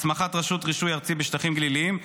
הסמכת רשות רישוי ארצית בשטחים גליליים,